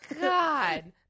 God